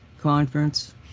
conference